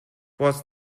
was